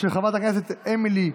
התשפ"א 2021,